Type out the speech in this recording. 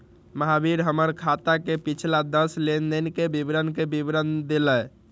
महावीर हमर खाता के पिछला दस लेनदेन के विवरण के विवरण देलय